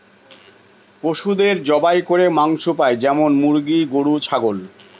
পশুদের জবাই করে মাংস পাই যেমন মুরগি, গরু, ছাগল